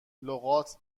لغات